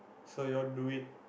so you all do it